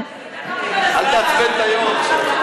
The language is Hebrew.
אל תעצבן את היו"ר עכשיו.